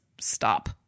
stop